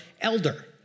elder